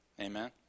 amen